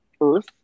earth